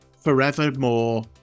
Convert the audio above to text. forevermore